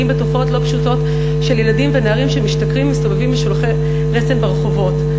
בתופעות לא פשוטות של ילדים ונערים שמשתכרים ומסתובבים משולחי רסן ברחובות.